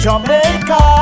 Jamaica